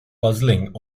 puzzling